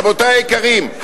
רבותי היקרים,